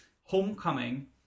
Homecoming